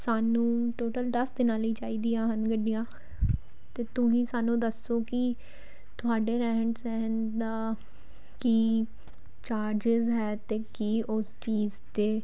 ਸਾਨੂੰ ਟੋਟਲ ਦੱਸ ਦਿਨਾਂ ਲਈ ਚਾਹੀਦੀਆਂ ਹਨ ਗੱਡੀਆਂ ਅਤੇ ਤੁਸੀਂ ਸਾਨੂੰ ਦੱਸੋ ਕਿ ਤੁਹਾਡੇ ਰਹਿਣ ਸਹਿਣ ਦਾ ਕੀ ਚਾਰਜਿਸ ਹੈ ਅਤੇ ਕੀ ਉਸ ਚੀਜ਼ 'ਤੇ